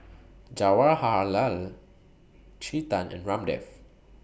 Jawaharlal Chetan and Ramdev